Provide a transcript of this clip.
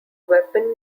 weapon